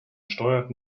steuert